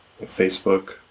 Facebook